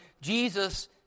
Jesus